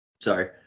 sorry